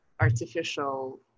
artificial